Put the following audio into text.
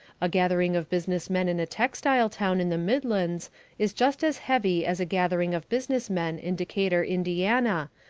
a gathering of business men in a textile town in the midlands is just as heavy as a gathering of business men in decatur, indiana,